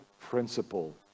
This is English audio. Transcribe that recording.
principle